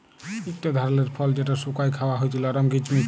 ইকট ধারালের ফল যেট শুকাঁয় খাউয়া হছে লরম কিচমিচ